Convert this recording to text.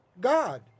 God